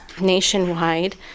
nationwide